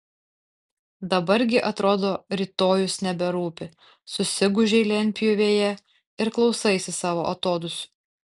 dabar gi atrodo rytojus neberūpi susigūžei lentpjūvėje ir klausaisi savo atodūsių